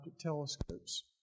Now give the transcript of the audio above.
telescopes